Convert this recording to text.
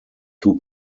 two